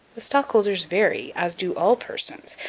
the stockholders vary, as do all persons,